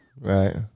right